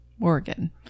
Oregon